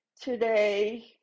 today